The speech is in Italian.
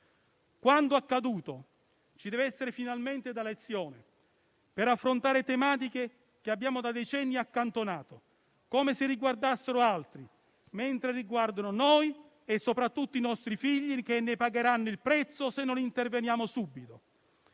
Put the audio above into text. Quanto accaduto ci deve essere finalmente da lezione per affrontare tematiche che abbiamo da decenni accantonato, come se riguardassero altri, mentre riguardano noi e soprattutto i nostri figli che ne pagheranno il prezzo se non interveniamo subito.